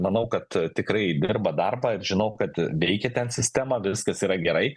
manau kad tikrai dirba darbą žinau kad veikia ten sistema viskas yra gerai